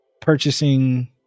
purchasing